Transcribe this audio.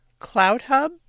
CloudHub